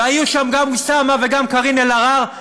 והיו שם גם אוסאמה וגם קארין אלהרר,